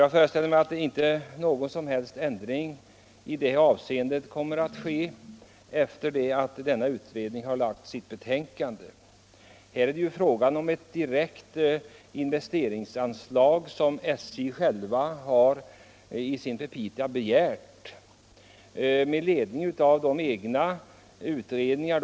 Jag tror inte heller att någon som helst ändring kommer att ske i det avseendet efter det att utredningen har lagt fram sitt betänkande. Det är ju nu fråga om ett investeringsanslag som SJ begär i sina petita med ledning av egna beräkningar.